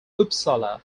uppsala